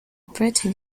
pretty